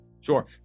Sure